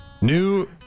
New